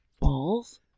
Balls